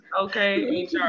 Okay